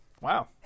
wow